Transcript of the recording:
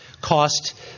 cost